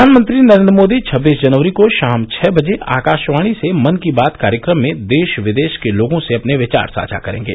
प्रधानमंत्री नरेन्द्र मोदी छब्बीस जनवरी को शाम छ बजे आकाशवाणी से मन की बात कार्यक्रम में देश विदेश के लोगों से अपने विचार साझा करेंगे